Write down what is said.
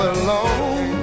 alone